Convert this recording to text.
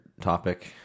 topic